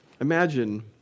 imagine